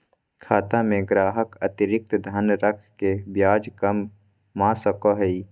खाता में ग्राहक अतिरिक्त धन रख के ब्याज कमा सको हइ